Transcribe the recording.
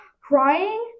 crying